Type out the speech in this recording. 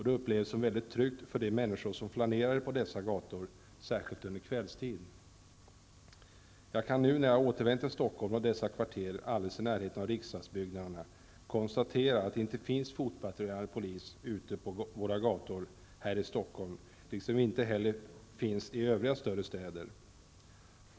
Det upplevdes som mycket tryggt för de människor som flanerade på dessa gator, särskilt under kvällstid. Nu då jag har återvänt till Stockholm och dessa kvarter alldeles i närheten av riksdagsbyggnaderna, kan jag konstatera att det inte finns fotpatrullerande polis ute på våra gator här i Stockholm. Det finns inte heller i övriga större städer.